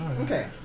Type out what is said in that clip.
Okay